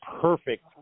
perfect